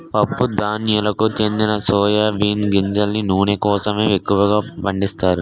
పప్పు ధాన్యాలకు చెందిన సోయా బీన్ గింజల నూనె కోసమే ఎక్కువగా పండిస్తారు